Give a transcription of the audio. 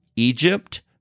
Egypt